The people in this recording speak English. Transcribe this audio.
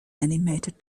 animated